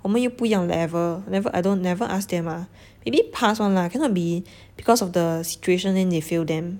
我们又不一样 level never I don't never ask them lah maybe pass [one] lah cannot be because of the situation then they fail them